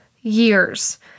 years